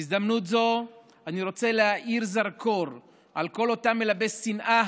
בהזדמנות זו אני רוצה להאיר בזרקור על כל אותם מלבי שנאה,